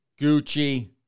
Gucci